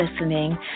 listening